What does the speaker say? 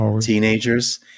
teenagers